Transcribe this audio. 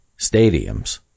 stadiums